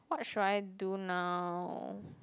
what should I do now